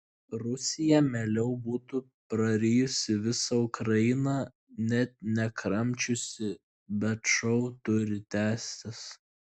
rusija mieliau būtų prarijusi visą ukrainą net nekramčiusi bet šou turi tęstis